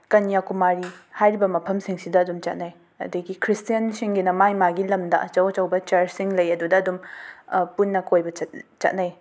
ꯀꯟꯌꯥ ꯀꯨꯃꯥꯔꯤ ꯍꯥꯏꯔꯤꯕ ꯃꯐꯝꯁꯤꯡ ꯁꯤꯗꯥ ꯑꯗꯨꯝ ꯆꯠꯅꯩ ꯑꯗꯒꯤ ꯈ꯭ꯔꯤꯁꯇꯦꯟ ꯁꯤꯡꯒꯤꯅ ꯃꯥꯏ ꯃꯥꯒꯤ ꯂꯝꯗ ꯑꯆꯧ ꯑꯆꯧꯕ ꯆꯔꯁꯁꯤꯡ ꯂꯩ ꯑꯗꯨꯗ ꯑꯗꯨꯝ ꯄꯨꯟꯅ ꯀꯣꯏꯕ ꯆꯠ ꯆꯠꯅꯩ